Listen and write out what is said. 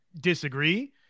disagree